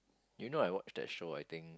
you know I watch that show I think